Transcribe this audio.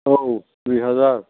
औ दुइ हाजार